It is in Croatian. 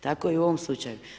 Tako i u ovom slučaju.